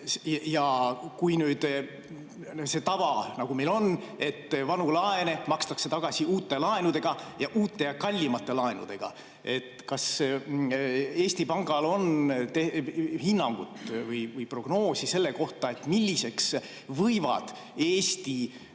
[Arvestades] seda tava, mis meil on, et vanu laene makstakse tagasi uute laenudega – uute ja kallimate laenudega –, siis kas Eesti Pangal on hinnangut või prognoosi selle kohta, milliseks võivad Eesti